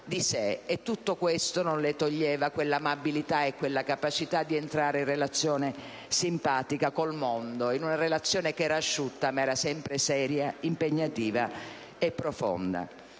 Tutto questo non le toglieva quella amabilità e quella capacità di entrare in relazione simpatica con il mondo, in una relazione che era asciutta, ma sempre seria, impegnativa e profonda.